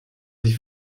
sich